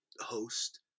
host